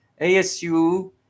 ASU